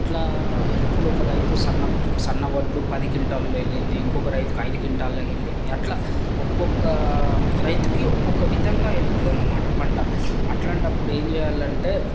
అట్లా ఇప్పుడు ఒక రైతు సన్నం సన్న వడ్లు పది కింటాలో వెళ్ళింది ఇంకొక రైతుకి ఐదు కింటాలో వెళ్ళింది అట్లా ఒక్కొక్క రైతుకి ఒక్కొక్క విధంగా వెళ్తదనమాట పంట అట్లాంటప్పుడు ఏం చేయాలంటే